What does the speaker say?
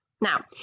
Now